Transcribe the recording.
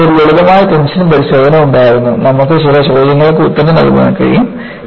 നമുക്ക് ഒരു ലളിതമായ ടെൻഷൻ പരിശോധന ഉണ്ടായിരുന്നു നമുക്ക് ചില ചോദ്യങ്ങൾക്ക് ഉത്തരം നൽകാൻ കഴിയും